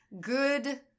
good